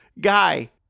guy